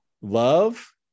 love